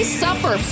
suffer